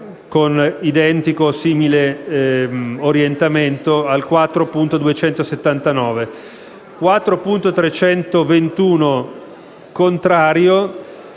Grazie,